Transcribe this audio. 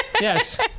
yes